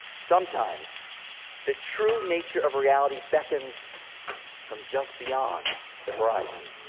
sometimes the true nature of reality beckons from just beyond the horizon.